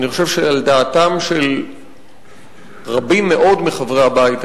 אני חושב שעל דעתם של רבים מאוד מחברי הבית,